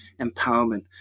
empowerment